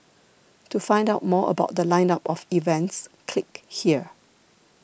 to find out more about The Line up of events click here